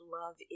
love